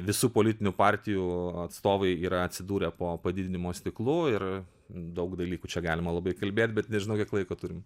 visų politinių partijų atstovai yra atsidūrę po padidinimo stiklu ir daug dalykų čia galima labai kalbėt bet nežinau kiek laiko turim